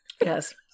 Yes